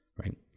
Right